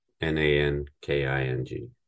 N-A-N-K-I-N-G